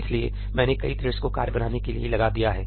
इसलिए मैंने कई थ्रेड्स को कार्य बनाने के लिए लगा दिया है